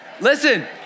Listen